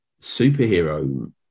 superhero